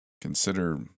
consider